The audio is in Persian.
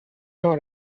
نوع